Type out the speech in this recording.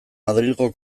madrilgo